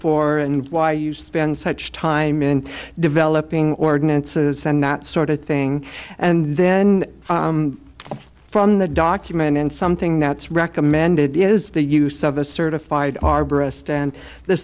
for and why you spend such time in developing ordinances and that sort of thing and then from the document in something that's recommended is the use of a certified arborist and the